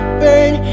burn